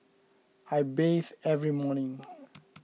I bathe every morning